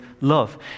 love